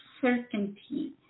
certainty